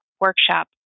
workshop